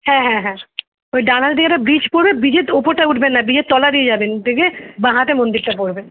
হ্যাঁ হ্যাঁ হ্যাঁ ওই ডান হাতের দিকে একটা ব্রিজ পড়বে ব্রিজের ওপরটায় উঠবেন না ব্রিজের তলা দিয়ে যাবেন দেখবেন বা হাতে মন্দিরটা পড়বে